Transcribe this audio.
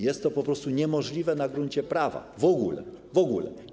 Jest to po prostu niemożliwe na gruncie prawa, w ogóle niemożliwe.